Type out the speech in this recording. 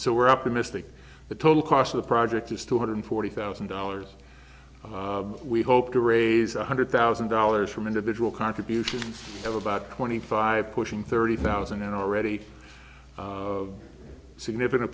so we're optimistic the total cost of the project is two hundred forty thousand dollars we hope to raise one hundred thousand dollars from individual contributions of about twenty five pushing thirty thousand and already a significant